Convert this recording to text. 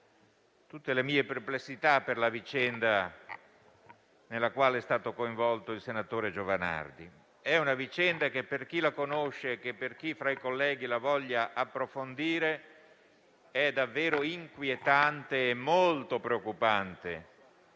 tutte le mie perplessità per la vicenda nella quale è stato coinvolto il senatore Giovanardi; una vicenda che per chi lo conosce e per chi fra i colleghi la voglia approfondire è davvero inquietante e molto preoccupante,